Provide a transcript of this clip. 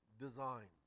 design